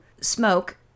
smoke